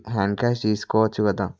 hand cash తీసుకోవచ్చు కదా